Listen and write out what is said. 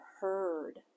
heard